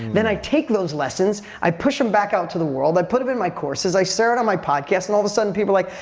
then i take those lessons, i push them back out to the world, i put them in my courses. i say it on my podcast and all of a sudden people are like,